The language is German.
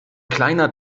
kleiner